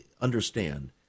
understand